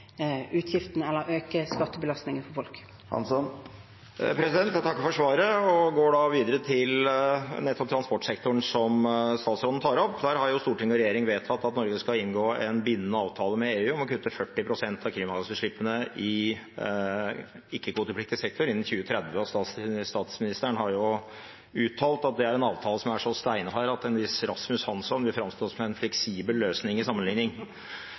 skattebelastningen for folk. Jeg takker for svaret og går videre til transportsektoren, som statsministeren tar opp. Der har Stortinget og regjeringen vedtatt at Norge skal inngå en bindende avtale med EU om å kutte 40 pst. av klimagassutslippene i ikke-kvotepliktig sektor innen 2030. Statsministeren har uttalt at det er en avtale som er så steinhard at en viss Rasmus Hansson vil framstå som en fleksibel løsning til sammenligning.